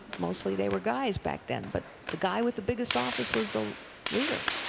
mostly they were guys back then, but the guy with the biggest office was the leader